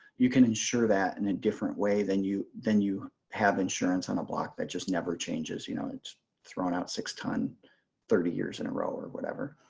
you can ensure that in a different way than you than you have insurance on a block that just never changes. you know it's thrown out six ton thirty years in a row or whatever.